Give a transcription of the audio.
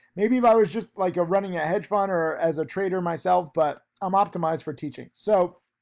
maybe if i was just like a running a hedge fund or as a trader myself, but i'm optimized for teaching. so,